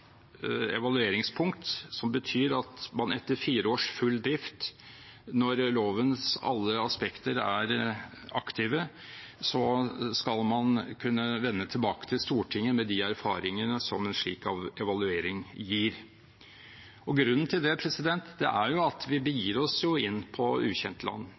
evalueringspunkt, som betyr at man etter fire års full drift, når lovens alle aspekter er aktive, skal kunne vende tilbake til Stortinget med de erfaringene som en slik evaluering gir. Grunnen til det er at vi begir oss inn på ukjent land.